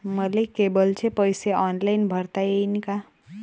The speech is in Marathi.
मले केबलचे पैसे ऑनलाईन भरता येईन का?